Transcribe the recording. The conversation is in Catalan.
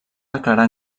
declarar